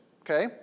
Okay